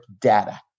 data